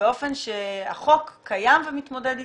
באופן שהחוק קיים ומתמודד איתו.